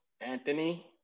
Anthony